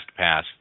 LastPass